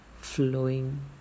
flowing